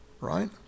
right